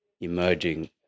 emerging